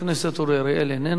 חבר הכנסת יעקב כץ,